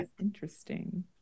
Interesting